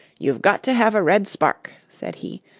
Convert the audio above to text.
you've got to have a red spark, said he,